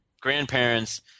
grandparents